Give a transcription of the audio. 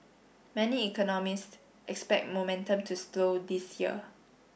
many economists expect momentum to slow this year